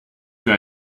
für